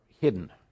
hidden